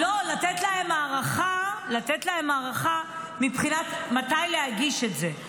לא, לתת להם הארכה מבחינת מתי להגיש את זה.